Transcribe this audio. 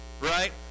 right